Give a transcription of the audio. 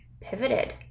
pivoted